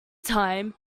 time